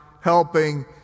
helping